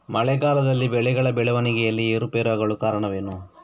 ಮಳೆಗಾಲದಲ್ಲಿ ಬೆಳೆಗಳ ಬೆಳವಣಿಗೆಯಲ್ಲಿ ಏರುಪೇರಾಗಲು ಕಾರಣವೇನು?